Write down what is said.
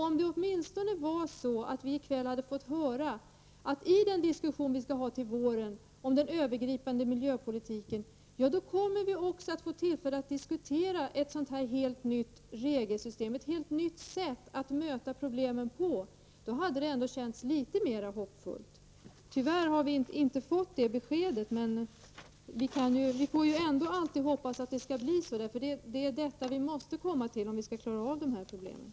Om vi åtminstone i kväll hade fått höra att vi i den diskussion vi skall ha till våren, om den övergripande miljöpolitiken, kommer att få tillfälle att diskutera ett helt nytt regelsystem, ett helt nytt sätt att möta problemen, då hade det känts litet mer hoppfullt. Tyvärr har vi inte fått det beskedet, men vi får ändå alltid hoppas att det skall bli så. Det är detta som vi måste komma fram till om vi skall klara av problemen.